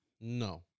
No